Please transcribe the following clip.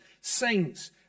saints